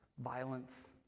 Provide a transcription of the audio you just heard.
violence